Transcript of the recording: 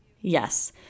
Yes